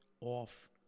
off